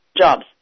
Jobs